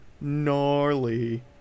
gnarly